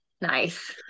nice